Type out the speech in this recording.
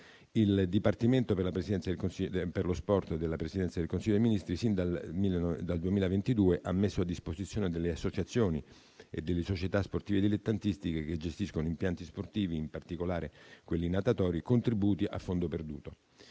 il Dipartimento per lo sport della Presidenza del Consiglio dei ministri sin dal 2022 ha messo a disposizione delle associazioni e delle società sportive dilettantistiche che gestiscono impianti sportivi, in particolare quelli natatori, contributi a fondo perduto.